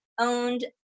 owned